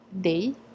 day